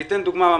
אני אתן דוגמה.